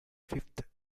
fifth